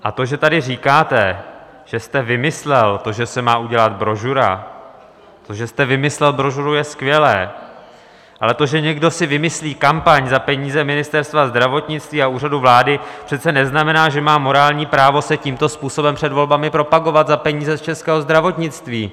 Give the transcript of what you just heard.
A to, že tady říkáte, že jste vymyslel to, že se má udělat brožura: to, že jste vymyslel brožuru, je skvělé, ale to, že si někdo vymyslí kampaň za peníze Ministerstva zdravotnictví a Úřadu vlády, přece neznamená, že má morální právo se tímto způsobem před volbami propagovat za peníze českého zdravotnictví.